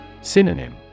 Synonym